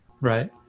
Right